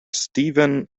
steven